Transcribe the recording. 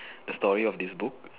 the story of this book